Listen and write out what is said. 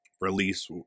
release